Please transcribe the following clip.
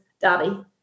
Daddy